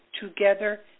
together